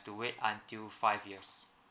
to wait until five years